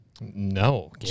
No